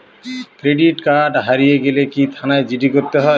Credit card হারিয়ে গেলে কি থানায় জি.ডি করতে হয়?